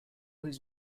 his